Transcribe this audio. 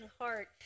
heart